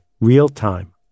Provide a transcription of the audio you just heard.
real-time